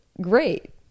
great